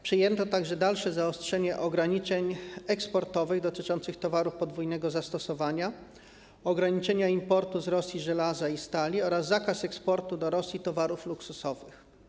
Przyjęto także dalsze zaostrzenie ograniczeń eksportowych dotyczące towarów podwójnego zastosowania, ograniczenie importu z Rosji żelaza i stali oraz zakaz eksportu do Rosji towarów luksusowych.